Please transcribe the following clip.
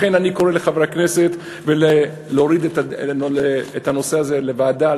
לכן אני קורא לחברי הכנסת להוריד את הנושא הזה לוועדה,